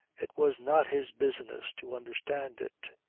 it was not his business to understand it.